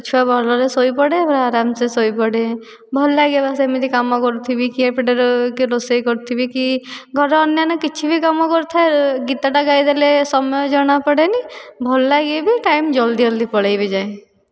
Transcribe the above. ଛୁଆ ଭଲରେ ଶୋଇପଡ଼େ ପୁରା ଅରାମସେ ଶୋଇପଡ଼େ ଭଲ ଲାଗେ ବା ସେମିତି କାମ କରୁଥିବି କି ଏପଟରେ ରୋଷେଇ କରୁଥିବି କି ଘରର ଅନ୍ୟାନ୍ୟ କିଛି ଭି କାମ କରୁଥାଏ ଗୀତଟା ଗାଇଦେଲେ ସମୟ ଜଣାପଡ଼େନି ଭଲ ଲାଗେ ଭି ଆଉ ଟାଇମ୍ ଜଲ୍ଦି ଜଲ୍ଦି ପଳାଇ ଭି ଯାଏ